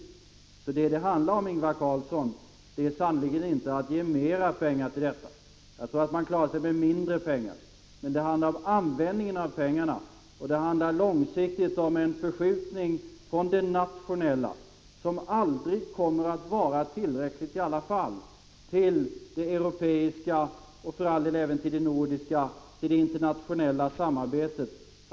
Vad det handlar om, Ingvar Carlsson, är sannerligen inte att ge mera pengar till detta. Jag tror att man klarar sig med mindre pengar. Men det handlar om användningen av pengarna, och det handlar långsiktigt om en förskjutning från det nationella — som aldrig kommer att vara tillräckligt — till det europeiska, det nordiska och till det internationella samarbetet.